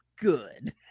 good